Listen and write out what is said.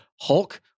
Hulk